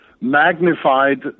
magnified